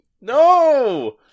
No